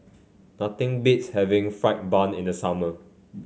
nothing beats having fried bun in the summer